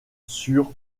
sur